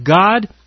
God